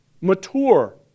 mature